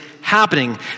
happening